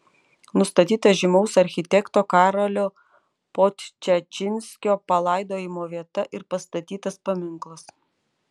nustatyta žymaus architekto karolio podčašinskio palaidojimo vieta ir pastatytas paminklas